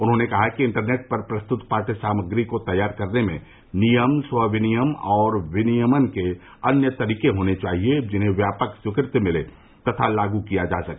उन्होंने कहा कि इंटरनेट पर प्रस्तुत पाटय सामग्री को तैयार करने में नियम स्व विनियमन और विनियमन के अन्य तरीके होने चाहिए जिन्हें व्यापक स्वीकृति मिले तथा लागू किया जा सके